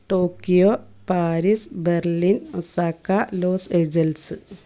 Tokyo Paris Berlin Osaka Los angels